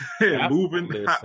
moving